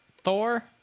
Thor